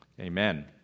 Amen